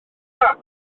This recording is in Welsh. map